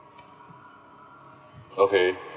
okay